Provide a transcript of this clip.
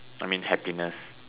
I mean happiness